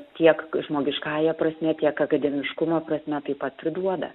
tiek žmogiškąja prasme tiek akademiškumo prasme taip pat priduoda